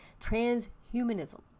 Transhumanism